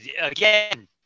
again